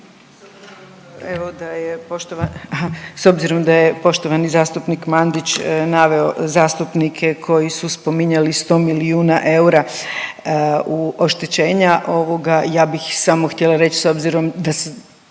S obzirom da je poštovani zastupnik Mandić naveo zastupnike koji su spominjali sto milijuna eura oštećenja ovoga ja bih samo htjela reći s obzirom da sam